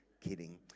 Kidding